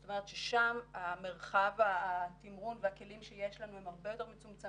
זאת אומרת ששם מרחב התמרון והכלים שיש לנו הם הרבה יותר מצומצמים,